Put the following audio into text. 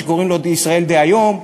שקוראים לו "ישראל דהיום".